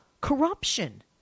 corruption